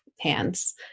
hands